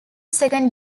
second